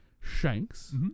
Shanks